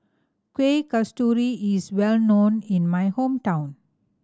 Kuih Kasturi is well known in my hometown